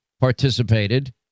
participated